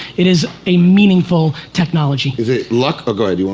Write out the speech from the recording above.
it is a meaningful technology. is it luck or go ahead, you